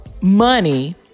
money